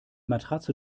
matratze